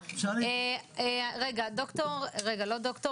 אבל הסעיף הזה כרגע --- לא זה מה